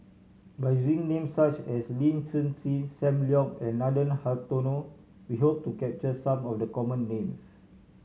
by names such as Lin Hsin Hsin Sam Leong and Nathan Hartono we hope to capture some of the common names